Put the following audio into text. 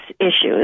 issues